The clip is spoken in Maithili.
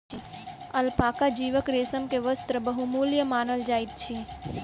अलपाका जीवक रेशम के वस्त्र बहुमूल्य मानल जाइत अछि